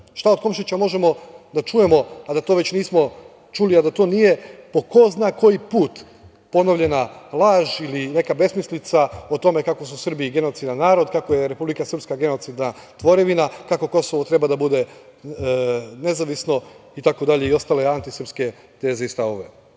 Šta od Komšića možemo da čujemo a da to već nismo čuli, a da to nije po ko zna koji put ponovljena laž ili neka besmislica o tome kako su Srbi genocidan narod, kako je Republike Srpska genocidna tvorevina, kako Kosovo treba da bude nezavisno itd. i ostale antisrpske teze i